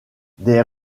des